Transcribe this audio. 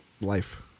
Life